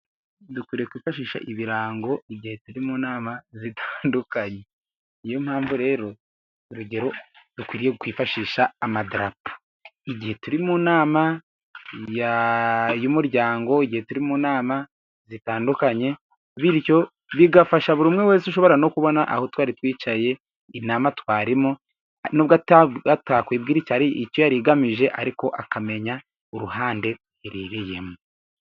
Dukwiye kwifashisha ibirango igihe turi mu nama zitandukanye, niyo mpamvu rero, urugero dukwiye kwifashisha amadarapo. Igihe turi mu nama y'umuryango, igihe turi mu nama zitandukanye, bityo bigafasha buri umwe wese ushobora no kubona aho twari twicaye, inama twarimo ntubwo atakwibwira ari icyo yari igamije, ariko akamenya uruhande iherereyemo.